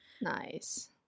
nice